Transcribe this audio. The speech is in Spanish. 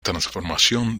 transformación